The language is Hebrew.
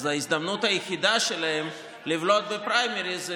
אז ההזדמנות היחידה שלהם לבלוט בפריימריז זה